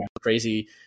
crazy